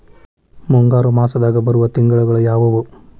ಮುಂಗಾರು ಮಾಸದಾಗ ಬರುವ ತಿಂಗಳುಗಳ ಯಾವವು?